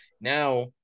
now